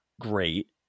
great